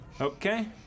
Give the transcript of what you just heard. Okay